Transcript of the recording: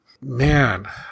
man